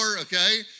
Okay